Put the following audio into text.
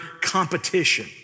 competition